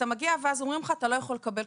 אתה מגיע ואז אומרים לך: אתה לא יכול לקבל כפול,